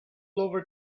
over